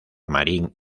marín